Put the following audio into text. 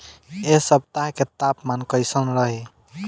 एह सप्ताह के तापमान कईसन रही?